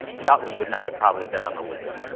scotland would not have probably been on the list.